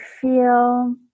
feel